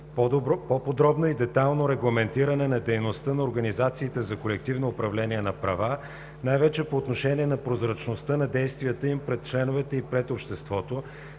по-подробно и детайлно регламентиране на дейността на организациите за колективно управление на права, най-вече по отношение на прозрачността на действията им пред членовете и пред обществото;